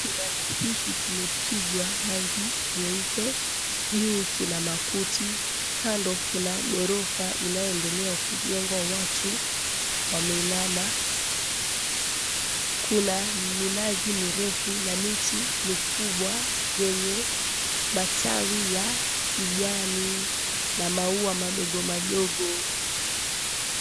Kibanda hiki kimepigwa rangi nyeupe, juu kina makuti, kando kuna ghorofa inayoendelea kujengwa, watu wameinama, kuna minazi mirefu na miti mikubwa yenye matawi ya kijani na maua madogo madogo.